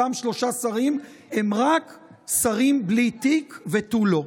אותם שלושה שרים הם שרים בלי תיק ותו לא.